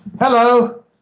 Hello